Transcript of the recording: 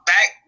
Back